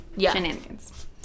shenanigans